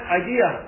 idea